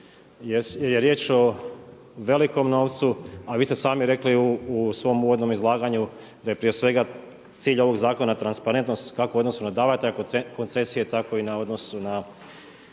gdje je riječ o velikom novcu, a vi ste sami rekli u svom uvodnom izlaganju, da je prije svega cilj ovog zakona transparentnost, kako u odnosu na davatelja koncesija, tako i na odnosu na